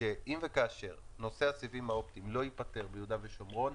שאם וכאשר נושא הסיבים האופטיים לא ייפתר ביהודה ושומרון,